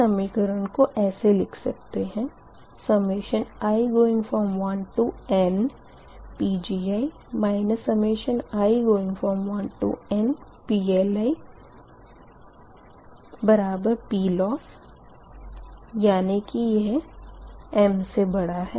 इस समीकरण को ऐसे लिख सकते है i1nPgi i1nPLiPloss यानी कि यह m है